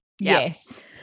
yes